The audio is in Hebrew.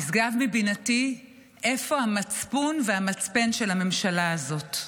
נשגב מבינתי איפה המצפון והמצפן של הממשלה הזאת.